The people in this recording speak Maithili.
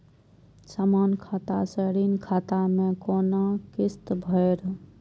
समान खाता से ऋण खाता मैं कोना किस्त भैर?